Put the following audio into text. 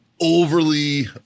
overly